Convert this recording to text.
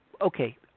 okay